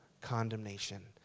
condemnation